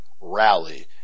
rally